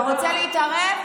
אתה רוצה להתערב?